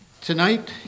Tonight